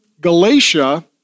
Galatia